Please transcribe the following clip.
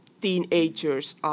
teenagers